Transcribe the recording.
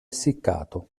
essiccato